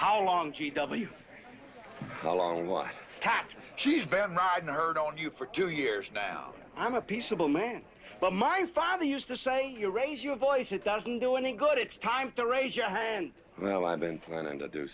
how long g w a long while i catch she's been riding herd on you for two years now i'm a peaceable man but my father used to say you raise your voice it doesn't do any good it's time to raise your hand well i've been planning to do